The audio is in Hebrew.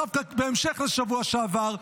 דווקא בהמשך לשבוע שעבר,